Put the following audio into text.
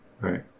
Right